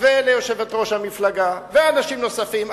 וליושבת-ראש המפלגה ולאנשים נוספים,